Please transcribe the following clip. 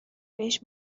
بهش